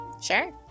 Sure